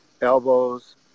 elbows